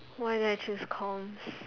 why did I choose coms